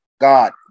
God